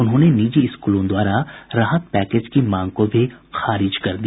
उन्होंने निजी स्कूलों द्वारा राहत पैकेज की मांग को भी खारिज कर दिया